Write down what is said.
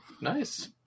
nice